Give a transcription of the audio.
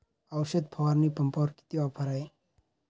औषध फवारणी पंपावर किती ऑफर आहे?